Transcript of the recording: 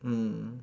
mm